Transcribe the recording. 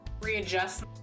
Readjust